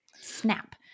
snap